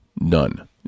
none